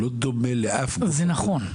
היא לא דומה לאף --- זה נכון,